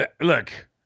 Look